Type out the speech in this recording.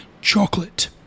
chocolate